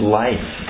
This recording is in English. life